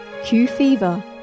Q-fever